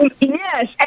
Yes